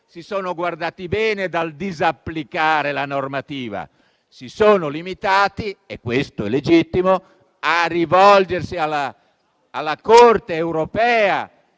si sono guardati bene dal disapplicare la normativa. Si sono limitati - e questo è legittimo - a rivolgersi alla Corte europea